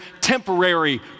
temporary